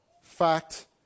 fact